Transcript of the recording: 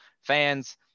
fans